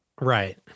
Right